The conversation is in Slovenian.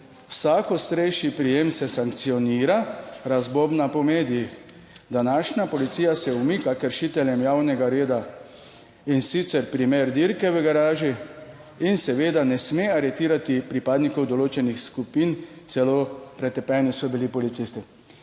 Vsak ostrejši prijem se sankcionira, razbobna po medijih. Današnja policija se umika kršiteljem javnega reda. In sicer primer dirke v garaži, in seveda ne sme aretirati pripadnikov določenih skupin, celo pretepeni so bili policisti.